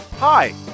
Hi